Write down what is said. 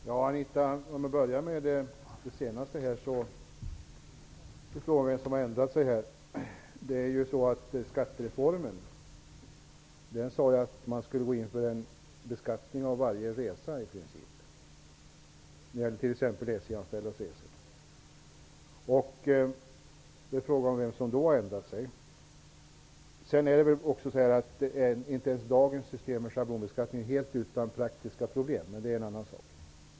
Herr talman! Jag skall börja med det sista Anita Johansson sade. Frågan är vem som har ändrat sig. I skattereformen sades det att man i princip skulle gå in för en beskattning av varje resa när det gäller t.ex. SJ-anställdas resor. Frågan är alltså vem som har ändrat sig. Inte ens dagens system med schablonbeskattning är för övrigt helt utan praktiska problem, men det är en annan sak.